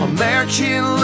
American